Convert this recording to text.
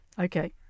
Okay